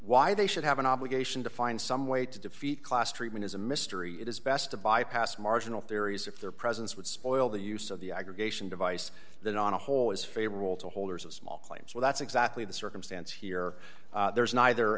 why they should have an obligation to find some way to defeat class treatment is a mystery it is best to bypass marginal theories if their presence would spoil the use of the aggregation device than on a whole is favorable to holders of small claims so that's exactly the circumstance here there is neither